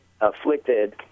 Afflicted